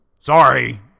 Sorry